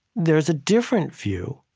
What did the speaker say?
there's a different view,